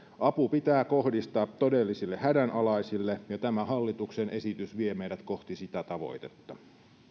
apu pitää kohdistaa todellisille hädänalaisille ja tämä hallituksen esitys vie meidät kohti sitä tavoitetta